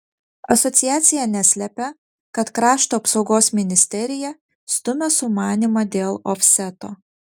asociacija neslepia kad krašto apsaugos ministerija stumia sumanymą dėl ofseto